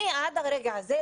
אני עד לרגע הזה,